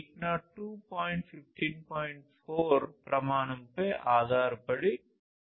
4 ప్రమాణంపై ఆధారపడి ఉంటుంది